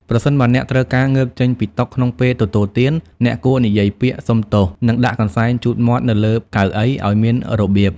ប្រសិនបើអ្នកត្រូវការងើបចេញពីតុក្នុងពេលទទួលទាន អ្នកគួរនិយាយពាក្យ "សូមទោស" និងដាក់កន្សែងជូតមាត់នៅលើកៅអីឱ្យមានរបៀប។